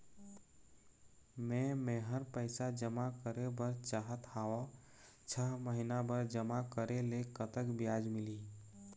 मे मेहर पैसा जमा करें बर चाहत हाव, छह महिना बर जमा करे ले कतक ब्याज मिलही?